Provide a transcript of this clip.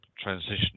transition